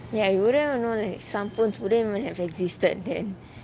ya you wouldn't even know that some phones wouldn't even have existed then